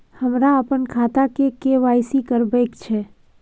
हमरा अपन खाता के के.वाई.सी करबैक छै